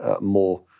more